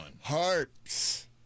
Hearts